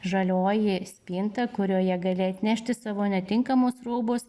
žalioji spinta kurioje gali atnešti savo netinkamus rūbus